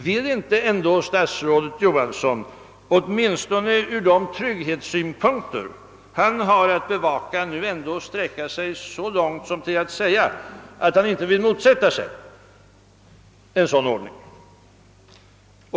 Vill inte statsrådet Johansson åtminstone från de trygghetssynpunkter han har att bevaka sträcka sig så långt som till att säga, att han inte vill motsätta sig en sådan ordning?